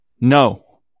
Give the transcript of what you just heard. no